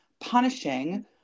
punishing